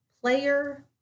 player